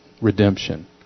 redemption